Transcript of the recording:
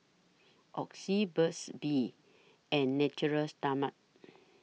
Oxy Burt's Bee and Natura Stoma